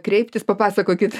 kreiptis papasakokit